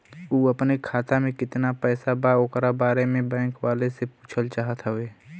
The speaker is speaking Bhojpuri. उ अपने खाते में कितना पैसा बा ओकरा बारे में बैंक वालें से पुछल चाहत हवे?